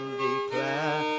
declare